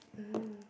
oh